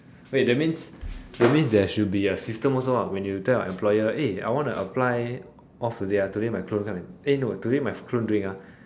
wait that means that means there should a system also ah when you tell your employer eh I wanna apply off today ah today my clone come and eh no today my clone doing ah